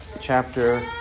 chapter